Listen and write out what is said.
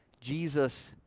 Jesus